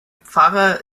pfarrer